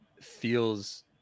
feels